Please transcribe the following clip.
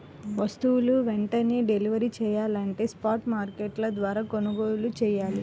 వస్తువులు వెంటనే డెలివరీ చెయ్యాలంటే స్పాట్ మార్కెట్ల ద్వారా కొనుగోలు చెయ్యాలి